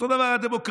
אותו דבר הדמוקרטיה: